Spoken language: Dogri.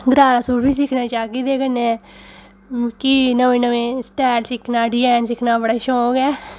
गरारा सूट बी सिक्खना चाह्गी ते कन्नै कि नमें नमें स्टेल सिक्खना डिज़ाइन सिक्खना बड़ा शौंक ऐ